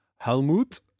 Helmut